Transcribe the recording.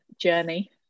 journey